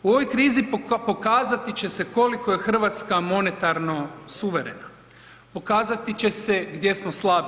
U ovoj krizi pokazati će se koliko je Hrvatska monetarno suverena, pokazati će se gdje smo slabi.